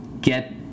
get